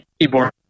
keyboard